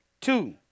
Two